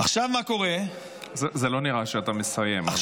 לא נראה שאתה מסיים.